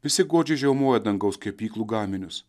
visi godžiai žiaumoja dangaus kepyklų gaminius